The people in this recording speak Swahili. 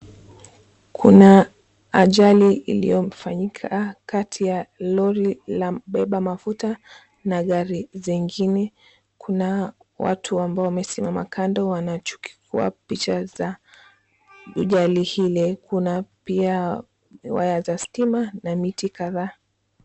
Kuna ajali iliyofanyika kati ya lori la kubeba mafuta na gari zingine. Kuna watu ambao wamesimama kando wanachukua picha ya ajali ile. Kuna pia waya za stima na miti kadhaa.